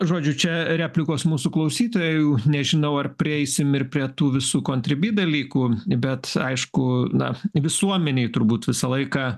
žodžiu čia replikos mūsų klausytojų nežinau ar prieisim ir prie tų visų kontribi dalykų bet aišku na visuomenei turbūt visą laiką